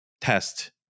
test